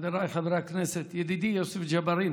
חבריי חברי הכנסת, ידידי יוסף ג'בארין,